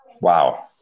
Wow